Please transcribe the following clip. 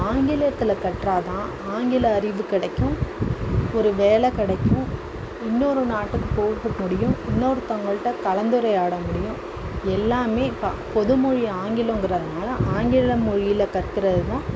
ஆங்கிலத்தில் கற்றாதான் ஆங்கில அறிவு கிடைக்கும் ஒரு வேலை கிடைக்கும் இன்னொரு நாட்டுக்கு போக முடியும் இன்னொருத்தவங்கள்கிட்ட கலந்துரையாட முடியும் எல்லாமே பொதுமொழி ஆங்கிலோங்கிறதுனால் ஆங்கில மொழியில் கற்க்கிறது தான்